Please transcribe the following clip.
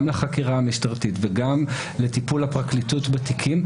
גם לחקירה המשטרתית וגם לטיפול הפרקליטות בתיקים,